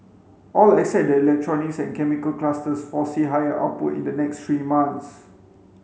all except the electronics and chemicals clusters foresee higher output in the next three months